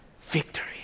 Victory